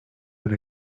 been